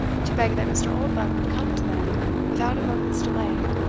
to beg that mr. oldbuck would come to them without a moment's delay.